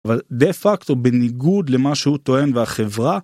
אבל דה-פקטו בניגוד למה שהוא טוען והחברה